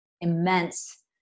immense